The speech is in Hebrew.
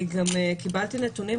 אני גם קיבלתי נתונים,